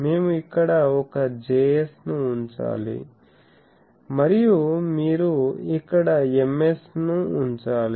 మేము ఇక్కడ ఒక Js ను ఉంచాలి మరియు మీరు ఇక్కడ Ms ను ఉంచాలి